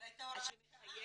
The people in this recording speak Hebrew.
אבל הייתה הוראת שעה.